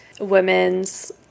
women's